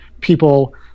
people